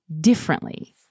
differently